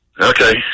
Okay